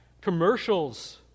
Commercials